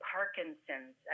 Parkinson's